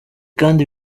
kandi